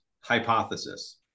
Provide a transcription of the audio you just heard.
hypothesis